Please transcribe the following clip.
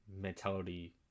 mentality